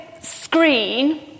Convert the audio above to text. screen